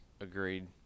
Agreed